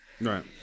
Right